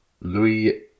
Louis